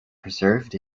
preserved